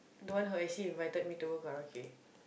the one who actually invited me to go karaoke